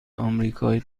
آمریکایی